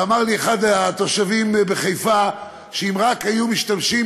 אמר לי אחד התושבים בחיפה שאם רק היו משתמשים